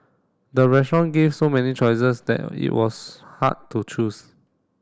the restaurant gave so many choices that it was hard to choose